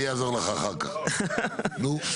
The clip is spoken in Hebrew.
נו.